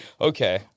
Okay